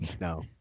No